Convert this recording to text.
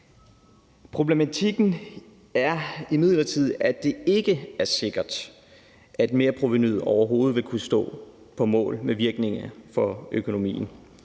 Problematikken er imidlertid, at det ikke er sikkert, at merprovenuet overhovedet vil kunne stå mål med virkeligheden for økonomien,